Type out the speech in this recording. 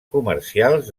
comercials